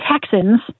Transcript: Texans